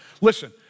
Listen